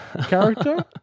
character